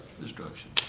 destruction